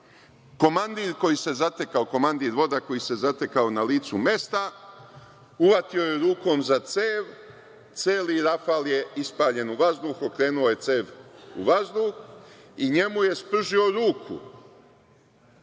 ostale. Komandir voda koji se zatekao na licu mesta uhvatio je rukom za cev, celi rafal je ispaljen u vazduh, okrenuo je cev u vazduh i njemu je spržio ruku.